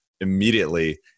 immediately